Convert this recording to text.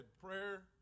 prayer